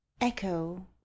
Echo